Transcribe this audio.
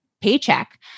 paycheck